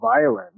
Violence